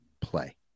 play